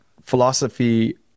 philosophy